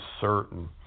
certain